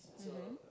mmhmm